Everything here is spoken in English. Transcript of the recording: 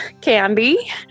candy